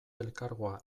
elkargoa